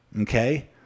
Okay